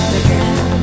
again